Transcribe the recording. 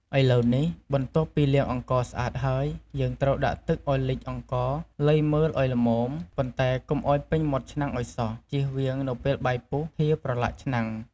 ឥឡូវនេះ បន្ទាប់ពីលាងអង្ករស្អាតហើយ យើងត្រូវដាក់ទឹកឱ្យលិចអង្ករ លៃមើលឱ្យល្មម ប៉ុន្តែកុំឱ្យពេញមាត់ឆ្នាំងឱ្យសោះ ជៀសវាង នៅពេលបាយពុះ ហៀរប្រឡាក់ឆ្នាំង។